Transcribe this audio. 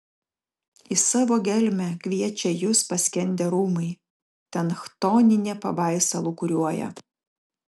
į savo gelmę kviečia jus paskendę rūmai ten chtoninė pabaisa lūkuriuoja